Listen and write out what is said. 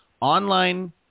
online